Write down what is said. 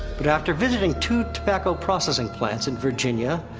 but after visiting two tobacco processing plants in virginia,